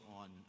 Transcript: on